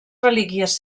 relíquies